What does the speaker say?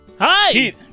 Hi